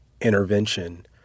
intervention